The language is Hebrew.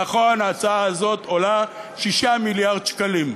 נכון שההצעה הזאת עולה 6 מיליארד שקלים.